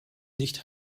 nicht